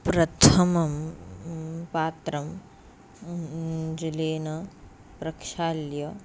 प्रथमं पात्रं जलेन प्रक्षाल्य